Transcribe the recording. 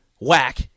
whack